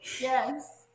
Yes